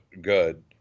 good